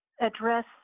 address